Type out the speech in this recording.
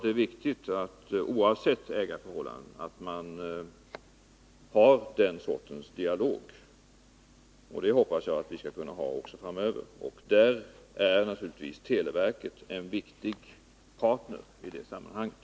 Det är viktigt att man — oavsett ägarförhållandena — kan ha den sortens dialog, och jag hoppas att det skall vara möjligt också framöver. Naturligtvis är televerket en viktig part i det sammanhanget.